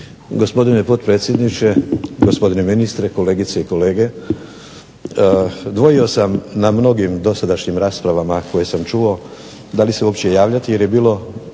Gospodine potpredsjedniče, gospodine ministre, kolegice i kolege. Dvojio sam na mnogim dosadašnjim raspravama koje sam čuo da li se uopće javljati jer je bilo